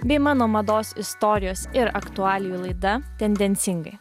bei mano mados istorijos ir aktualijų laida tendencingai